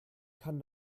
kann